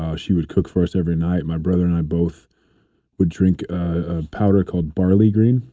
ah she would cook for us every night my brother and i both would drink a powder called barley green.